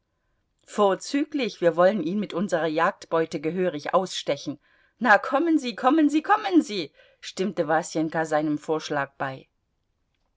vorzüglich wir wollen ihn mit unserer jagdbeute gehörig ausstechen na kommen sie kommen sie kommen sie stimmte wasenka seinem vorschlag bei